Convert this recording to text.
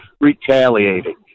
retaliating